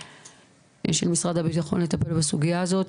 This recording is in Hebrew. של משרד הביטחון לטפל בסוגיה הזאת,